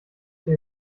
sie